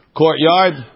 courtyard